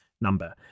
number